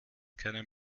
keinen